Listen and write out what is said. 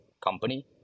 company